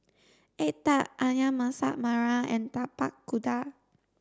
egg tart Ayam Masak Merah and Tapak Kuda